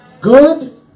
good